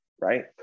right